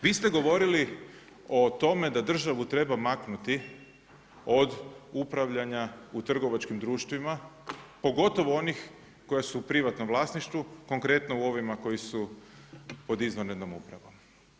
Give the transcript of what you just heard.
Vi ste govorili o tome da državu treba maknuti od upravljanja u trgovačkim društvima pogotovo onih koje su u privatnom vlasništvu, konkretno u ovima koji su pod izvanrednom upravom.